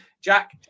Jack